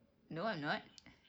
no I'm not